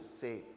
say